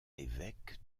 évêque